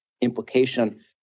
implication